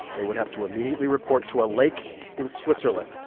they would have to immediately report to a lake in switzerland,